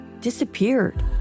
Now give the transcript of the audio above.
disappeared